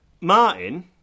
Martin